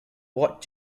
what